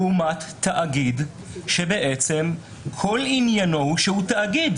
לעומת תאגיד שכול עניינו הוא שהוא תאגיד.